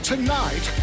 Tonight